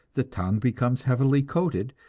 the tongue becomes heavily coated,